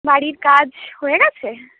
বাড়ির কাজ হয়ে গেছে